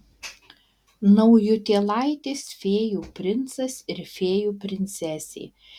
naujutėlaitis fėjų princas ir fėjų princesė